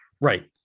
right